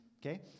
Okay